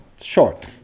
short